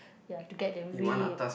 ya to get the